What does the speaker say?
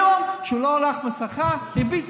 היום בבני ברק, לפני